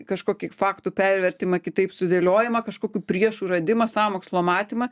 kažkokį faktų pervertimą kitaip sudėliojimą kažkokių priešų radimą sąmokslo matymą